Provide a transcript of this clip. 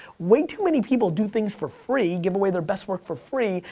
way too many people do things for free, give away their best work for free,